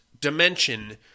dimension